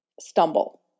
stumble